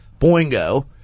Boingo